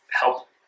Help